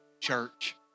church